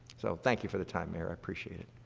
so thank you for the time, mayor. i appreciate it.